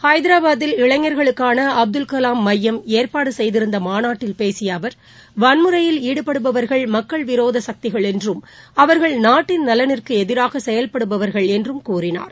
ஐதராபாத்தில் இளைஞர்களுக்கான அப்துல் கலாம் மையம் ஏற்பாடு செய்திருந்த மாநாட்டில் பேசிய அவர் வன்முறையில் ஈடுபடுபவர்கள் மக்கள் விரோத சக்திகள் என்றும் அவர்கள் நாட்டின் நலனிற்கு எதிராக செயல்படுபவர்கள் என்றும் கூறினார்